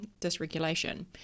dysregulation